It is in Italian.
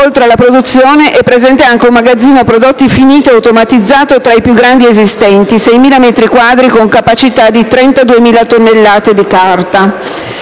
Oltre alla produzione, è presente anche un magazzino prodotti finiti automatizzato tra i più grandi esistenti: 6.000 metri quadrati con una capacità di 32.000 tonnellate di carta.